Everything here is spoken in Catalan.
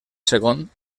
segon